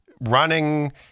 running